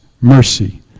mercy